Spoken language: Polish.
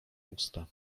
usta